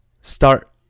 start